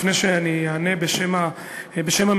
לפני שאני אענה בשם הממשלה,